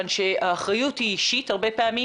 האחריות היא אישית הרבה פעמים,